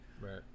Right